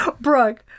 Brooke